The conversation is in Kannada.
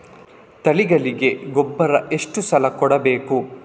ತಳಿಗಳಿಗೆ ಗೊಬ್ಬರ ಎಷ್ಟು ಸಲ ಕೊಡಬೇಕು?